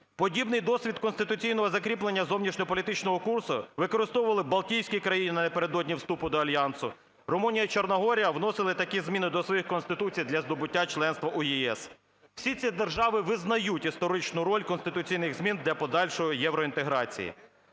Подібний досвід конституційного закріплення зовнішньополітичного курсу використовували Балтійські країни напередодні вступу до альянсу, Румунія, Чорногорія вносили такі зміни до своїх конституцій для здобуття членства в ЄС. Всі ці держави визнають історичну роль конституційних змін для подальшої євроінтеграції.